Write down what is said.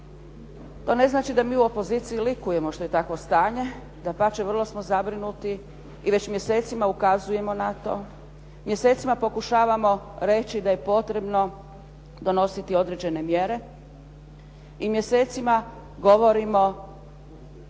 To ne znači da mi u opoziciji likujemo što je takvo stanje. Dapače, vrlo smo zabrinuti i već mjesecima ukazujemo na to. Mjesecima pokušavamo reći da je potrebno donositi određene mjere i mjesecima govorimo